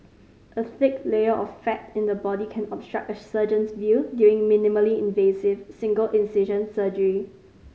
a thick layer of fat in the body can obstruct a surgeon's view during minimally invasive single incision surgery